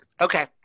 Okay